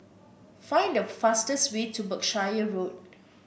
find the fastest way to Berkshire Road